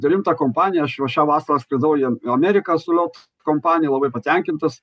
rimtą kompaniją aš va šią vasara skridau ja į ameriką su lot kompanija labai patenkintas